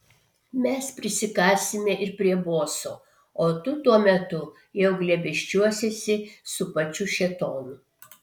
mes prisikasime ir prie boso o tu tuo metu jau glėbesčiuosiesi su pačiu šėtonu